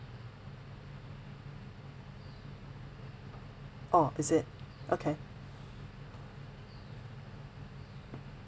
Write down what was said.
orh is it okay